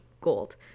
gold